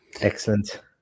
excellent